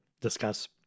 discuss